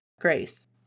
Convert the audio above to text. grace